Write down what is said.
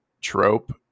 trope